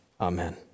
Amen